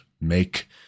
make